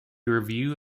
review